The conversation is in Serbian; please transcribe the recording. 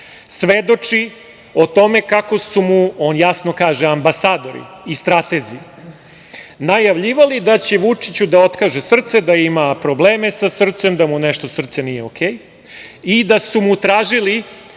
svedoči o tome kako su mu, jasno kaže – ambasadori i stratezi najavljivali da će Vučiću da otkaže srce, da ima probleme sa srcem, da mu nešto srce nije ok. i da su mu tražili